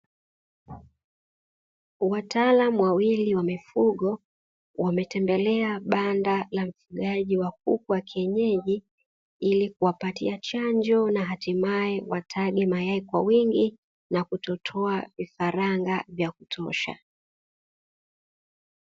Wataalamu wawili wa mifugo wametembelea banda la mfugaji wa kuku wa kienyeji, ili kuwapatia chanjo na hatimaye watage mayai kwa wingi na kutotoa vifaranga vya kutosha.